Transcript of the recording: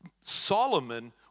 Solomon